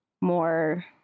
more